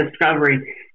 discovery